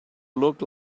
look